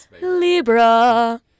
Libra